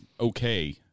okay